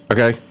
Okay